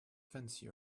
fancy